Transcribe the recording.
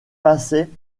passait